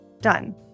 Done